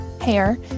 hair